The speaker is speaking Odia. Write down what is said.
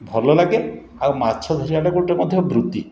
ଭଲଲାଗେ ଆଉ ମାଛ ଧରିବାଟା ଗୋଟେ ମଧ୍ୟ ବୃତ୍ତି